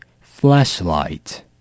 Flashlight